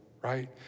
right